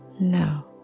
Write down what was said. No